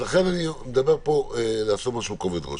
אז לכן אני מדבר פה לעשות משהו בכובד ראש.